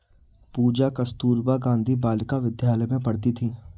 पूजा कस्तूरबा गांधी बालिका विद्यालय में पढ़ती थी